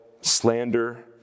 slander